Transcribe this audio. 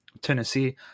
Tennessee